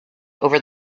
over